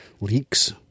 leaks